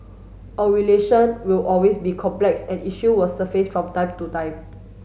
our relation will always be complex and issue will surface from time to time